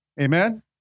Amen